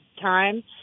time